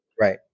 Right